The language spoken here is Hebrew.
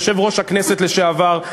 יושב-ראש הכנסת לשעבר,